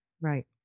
Right